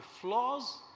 flaws